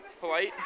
Polite